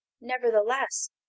Nevertheless